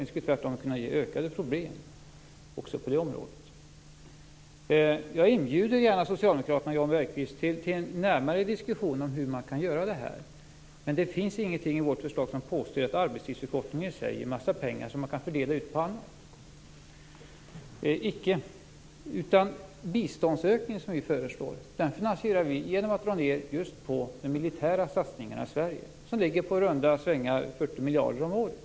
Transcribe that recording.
Det skulle tvärtom kunna innebära ökade problem på det området. Jag inbjuder gärna socialdemokraterna och Jan Berqvist till en närmare diskussion om hur man kan genomföra det här. Men det finns ingenting i vårt förslag som säger att arbetstidsförkortningen i sig ger en massa pengar som man kan fördela på annat. Den biståndsökning som vi föreslår finansierar vi genom att dra ned just på de militära satsningarna i Sverige, som i runda slängar ligger på 40 miljarder om året.